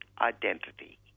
identity